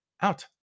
out